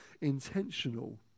intentional